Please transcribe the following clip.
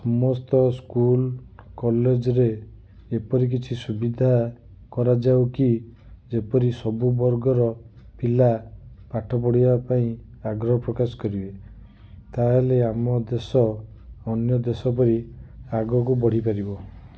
ସମସ୍ତ ସ୍କୁଲ କଲେଜରେ ଏପରି କିଛି ସୁବିଧା କରାଯାଉ କି ଯେପରି ସବୁ ବର୍ଗର ପିଲା ପାଠ ପଢ଼ିବା ପାଇଁ ଆଗ୍ରହ ପ୍ରକାଶ କରିବେ ତାହେଲେ ଆମ ଦେଶ ଅନ୍ୟ ଦେଶ ପରି ଆଗକୁ ବଢ଼ି ପାରିବ